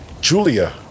Julia